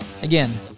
again